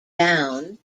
down